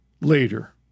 later